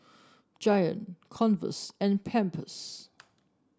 Giant Converse and Pampers